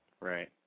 Right